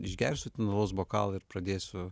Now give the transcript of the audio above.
išgersiu alaus bokalą ir pradėsiu